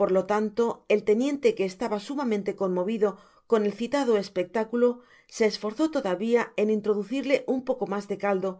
por lo tanto el teniente que estaba sumamente conmovido con el citado espectáculo se esforzó todavía en introducirle un poco mas de caldo